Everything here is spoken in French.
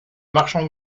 marchand